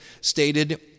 stated